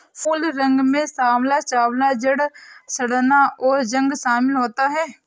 फूल रोग में साँवला साँचा, जड़ सड़ना, और जंग शमिल होता है